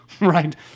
Right